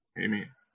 Amen